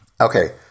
okay